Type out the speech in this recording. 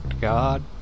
God